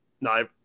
no